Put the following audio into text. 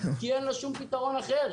כי אין להם שום פתרון אחר.